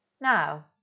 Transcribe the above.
Now